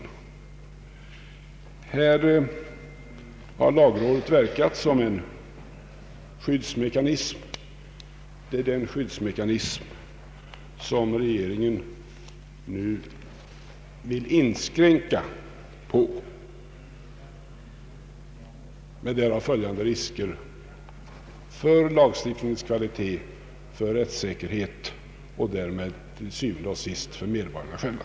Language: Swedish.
Här har lagrådet verkat som en skyddsmekanism. Det är denna skyddsmekanism som regeringen nu vill inskränka med därav följande risker för lagstiftningens kvalitet, för rättssäkerheten och därmed til syvende og sidst för medborgarna själva.